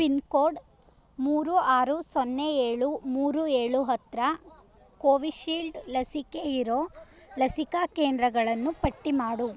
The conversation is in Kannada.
ಪಿನ್ ಕೋಡ್ ಮೂರು ಆರು ಸೊನ್ನೆ ಏಳು ಮೂರು ಏಳು ಹತ್ತಿರ ಕೋವಿಶೀಲ್ಡ್ ಲಸಿಕೆ ಇರೋ ಲಸಿಕಾ ಕೆಂದ್ರಗಳನ್ನು ಪಟ್ಟಿ ಮಾಡು